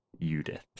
Judith